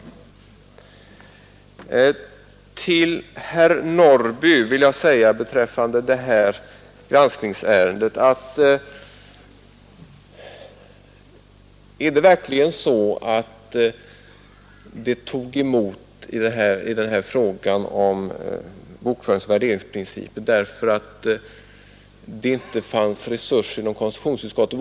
Beträffande det granskningsärende som det här gäller vill jag sedan fråga herr Norrby i Åkersberga: Är det verkligen så att det tog emot i frågan om bokföringsoch värderingsprinciperna därför att det inte fanns tillräckliga resurser inom konstitutionsutskottet?